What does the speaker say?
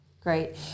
Great